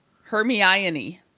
Hermione